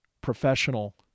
professional